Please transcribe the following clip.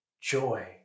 joy